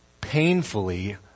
painfully